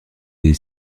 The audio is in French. est